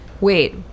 wait